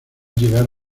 llegaron